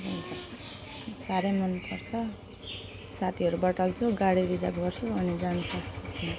के भन्छ साह्रै मनपर्छ साथीहरू बटुल्छु गाडी रिजार्भ गर्छु अनि जान्छौँ